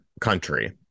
country